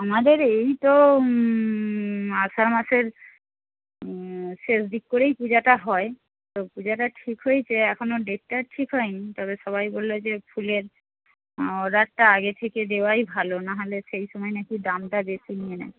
আমাদের এই তো আষাঢ় মাসের শেষ দিক করেই পূজাটা হয় তো পূজাটা ঠিক হয়েছে এখনো ডেটটা ঠিক হয়নি তবে সবাই বলল যে ফুলের অর্ডারটা আগে থেকে দেওয়াই ভালো নাহলে সেই সময় নাকি দামটা বেশী নিয়ে নেয়